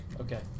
Okay